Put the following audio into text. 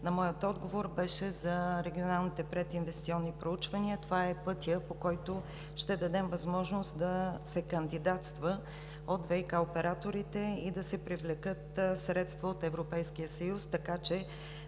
на моя отговор, беше за регионалните прединвестиционни проучвания. Това е пътят, по който ще дадем възможност да се кандидатства от ВиК операторите и да се привлекат средства от Европейския съюз, така че